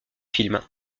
film